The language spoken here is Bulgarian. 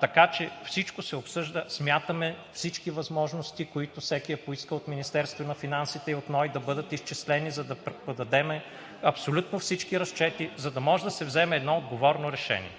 така че всичко се обсъжда и смятаме всички възможности, като всеки е поискал от Министерството на финансите и от НОИ да бъдат изчислени, да предадем абсолютно всички разчети, за да може да се вземе едно отговорно решение.